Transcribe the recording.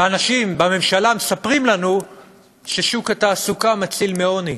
והאנשים בממשלה מספרים לנו ששוק התעסוקה מציל מעוני.